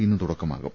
ഇന്ന് തുടക്കമാകും